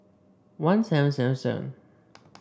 one seven seven seven